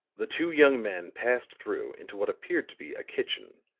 the two young men passed through into what appeared to be a kitchen.